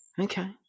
okay